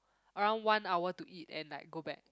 around one hour to eat and like go back